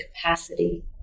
capacity